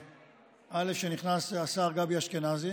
שנכנס השר גבי אשכנזי,